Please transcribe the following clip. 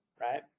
right